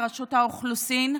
מרשות האוכלוסין,